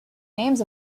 names